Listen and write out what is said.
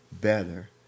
better